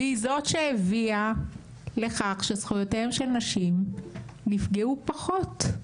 והיא זאת שהביאה לכך שזכויותיהם של נשים נפגעו פחות.